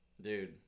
Dude